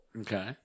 Okay